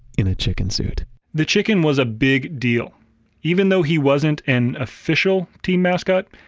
in a chicken suit the chicken was a big deal even though he wasn't an official team mascot.